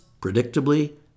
predictably